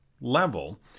level